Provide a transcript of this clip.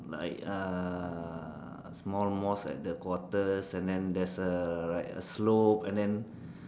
like uh small mosque at the quarters and then there's uh like a slop and then